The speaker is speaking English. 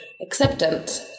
Acceptance